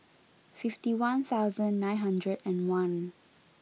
fifty one nine hundred and one